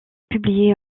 publié